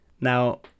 Now